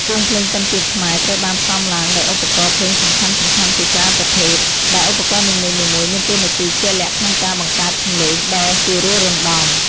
វង់ភ្លេងពិណពាទ្យខ្មែរត្រូវបានផ្សំឡើងដោយឧបករណ៍ភ្លេងសំខាន់ៗជាច្រើនប្រភេទ ដែលឧបករណ៍នីមួយៗមានតួនាទីជាក់លាក់ក្នុងការបង្កើតសំឡេងដ៏ពិរោះរណ្តំ។